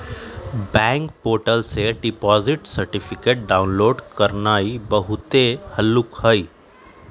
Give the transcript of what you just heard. bank portal से deposit certificate download करनाइ बहुते हल्लुक हइ